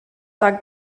dog